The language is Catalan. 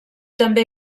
també